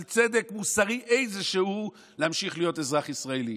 איזשהו צדק מוסרי להמשיך להיות אזרח ישראלי.